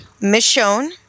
Michonne